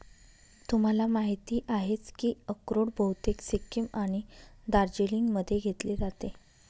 तुम्हाला माहिती आहेच की अक्रोड बहुतेक सिक्कीम आणि दार्जिलिंगमध्ये घेतले जाते